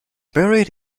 buried